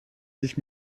sich